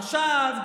עכשיו,